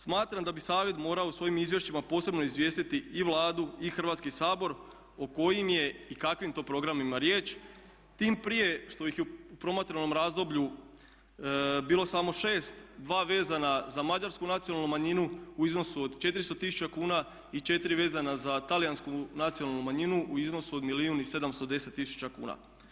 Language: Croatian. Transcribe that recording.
Smatram da bi Savjet morao u svojim izvješćima posebno izvijestiti i Vladu i Hrvatski sabor o kojim je i kakvim to programima riječ, tim prije što ih je u promatranom razdoblju bilo samo šest, dva vezana za mađarsku nacionalnu manjinu u iznosu od 400 tisuća kuna i 4 vezana za talijansku nacionalnu manjinu u iznosu od milijun i 710 tisuća kuna.